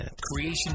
Creation